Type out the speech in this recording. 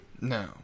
No